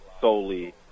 solely